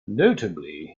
notably